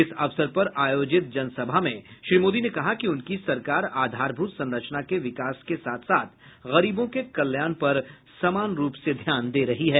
इस अवसर पर आयोजित जनसभा में श्री मोदी ने कहा कि उनकी सरकार आधारभूत संरचना के विकास के साथ साथ गरीबों के कल्याण पर समान रूप से ध्यान दे रही है